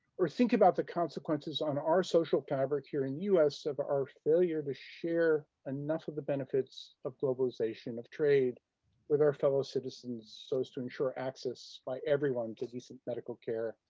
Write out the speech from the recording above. or think about the consequences on our social fabric here in the us of our failure to share enough of the benefits of globalization of trade with our fellow citizens so as to ensure access by everyone to decent medical care,